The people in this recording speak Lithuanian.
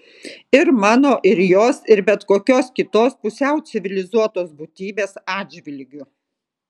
ir mano ir jos ir bet kokios kitos pusiau civilizuotos būtybės atžvilgiu